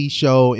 show